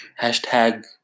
hashtag